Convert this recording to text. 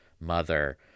mother